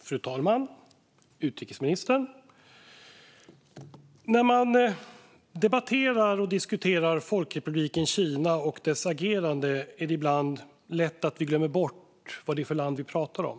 Fru talman och utrikesministern! När man debatterar och diskuterar Folkrepubliken Kina och dess agerande är det ibland lätt att glömma bort vad det är för land vi talar om.